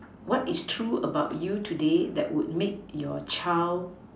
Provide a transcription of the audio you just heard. what is true about you today that would make your child